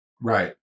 Right